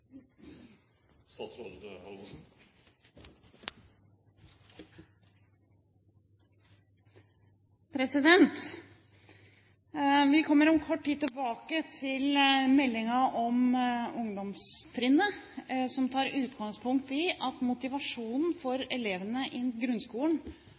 Vi kommer om kort tid tilbake til meldingen om ungdomstrinnet, som tar utgangspunkt i at motivasjonen